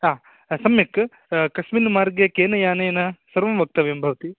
सम्यक् कस्मिन् मार्गे केन यानेन सर्वं वक्तव्यं भवति